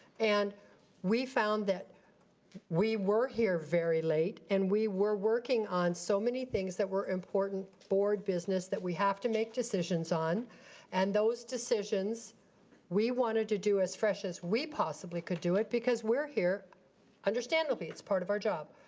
and we found that we were here very late and we were working on so many things that were important board business that we have to make decisions on and those decisions we wanted to do as fresh as we possibly could do it, because we're here understandably it's part of our job.